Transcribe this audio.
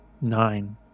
Nine